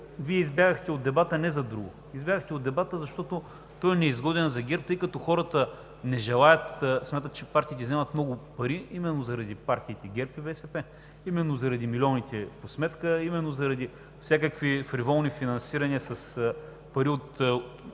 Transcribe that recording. Вие избягахте от дебата не за друго, а избягахте от дебата, защото той е неизгоден за ГЕРБ, тъй като хората не желаят, смятат, че партиите вземат много пари именно заради партиите ГЕРБ и БСП, именно заради милионите по сметка, именно заради всякакви фриволни финансирания с пари от